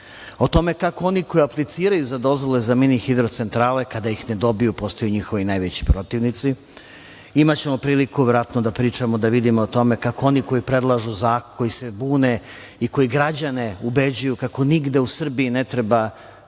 o tome kako oni koji apliciraju za dozvole za mini hidrocentrale, kada ih ne dobiju, postaju njihovi najveći protivnici. Imaćemo priliku verovatno da pričamo, da vidimo kako oni koji predlažu zakon, koji se bune i koji građane ubeđuju kako nigde u Srbiji ne treba